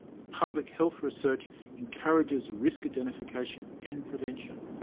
public health research encourages risk identification and prevention.